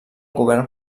govern